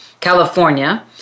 California